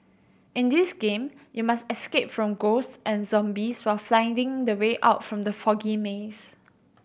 in this game you must escape from ghosts and zombies while finding the way out from the foggy maze